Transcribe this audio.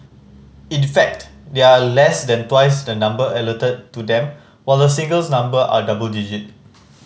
in fact they are less than twice the number allotted to them while the singles number are double digit